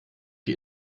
die